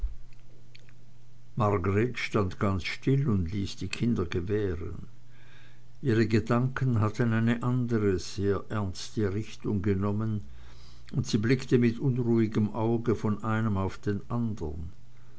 stand ganz still und ließ die kinder gewähren ihre gedanken hatten eine andere sehr ernste richtung genommen und sie blickte mit unruhigem auge von einem auf den andern